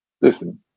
listen